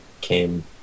came